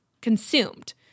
consumed